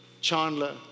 Chandler